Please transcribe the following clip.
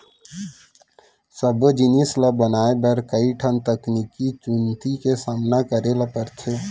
सबो जिनिस ल बनाए बर कइ ठन तकनीकी चुनउती के सामना करे ल परथे